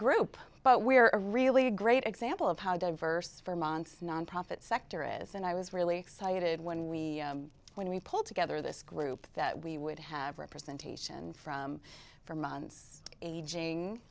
group but we are a really great example of how diverse for months nonprofit sector is and i was really excited when we when we pulled together this group that we would have representation from for months aging